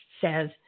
says